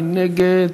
מי נגד?